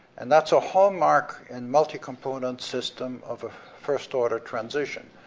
and that's a hallmark in multi-component system of a first order transition.